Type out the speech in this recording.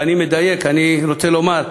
ואני מדייק, אני רוצה לומר,